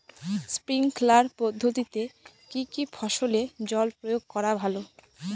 Sprinkler পদ্ধতিতে কি কী ফসলে জল প্রয়োগ করা ভালো?